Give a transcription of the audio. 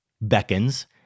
beckons